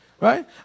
Right